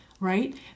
right